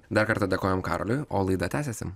dar kartą dėkojame karoliui o laida tęsiasi